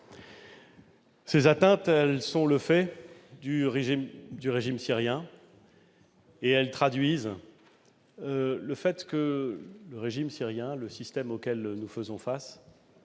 Ces atteintes sont dues au régime syrien et elles traduisent le fait que le régime syrien, le système auquel nous faisons face,